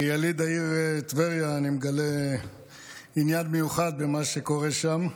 כיליד העיר טבריה אני מגלה עניין מיוחד במה שקורה שם.